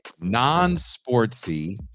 non-sportsy